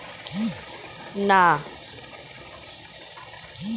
টেকসই হওয়ার কারনে বিগত কয়েক দশক ধরে মূলত নির্মাণশিল্পে বাঁশের খুঁটির প্রতি আগ্রহ বেড়েছে